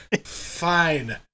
fine